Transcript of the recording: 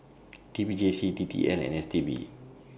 T P J C D T L and S T B